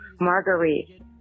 Marguerite